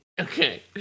Okay